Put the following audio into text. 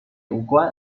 有关